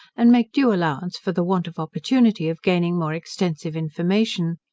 and make due allowance for the want of opportunity of gaining more extensive information.